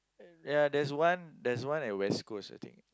ya there's one there's one at West-Coast also